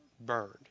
burned